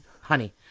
honey